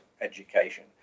education